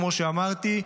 כמו שאמרתי,